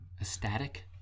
ecstatic